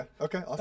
Okay